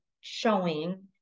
showing